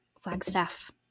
Flagstaff